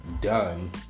done